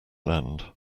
land